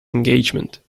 engagement